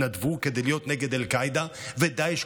התנדבו כדי להיות נגד אל-קאעידה ודאעש,